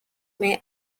may